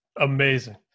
amazing